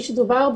כפי שדובר,